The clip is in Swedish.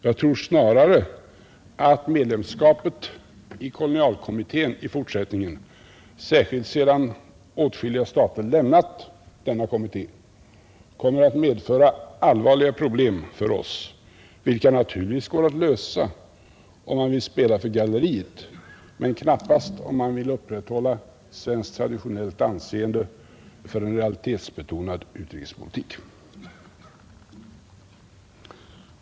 Jag tror snarare att medlemskapet i kolonialkommittén i fortsättningen, särskilt sedan åtskilliga stater lämnat denna kommitté, kommer att medföra allvarliga problem för oss, vilka naturligtvis går att lösa om man vill spela för galleriet men knappast om man vill upprätthålla svenskt traditionellt anseende för en realitetsbetonad utrikespolitik.